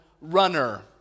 runner